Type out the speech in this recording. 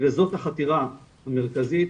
וזאת החקירה המרכזית